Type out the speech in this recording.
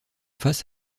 face